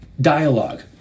dialogue